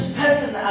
person